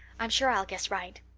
i'm sure i'll guess right.